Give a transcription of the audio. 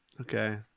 Okay